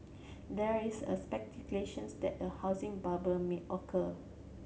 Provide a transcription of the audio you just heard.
there is a speculation that a housing bubble may occur